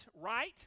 right